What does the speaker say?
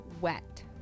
wet